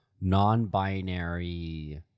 non-binary